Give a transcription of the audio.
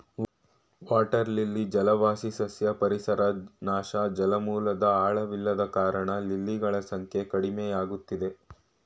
water lily ಜಲವಾಸಿ ಸಸ್ಯ ಪರಿಸರ ನಾಶ ಜಲಮೂಲದ್ ಆಳವಿಲ್ಲದ ಕಾರಣ ಲಿಲಿಗಳ ಸಂಖ್ಯೆ ಕಡಿಮೆಯಾಗಯ್ತೆ